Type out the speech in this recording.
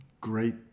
great